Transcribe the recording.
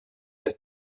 des